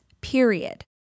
period